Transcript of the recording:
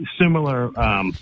similar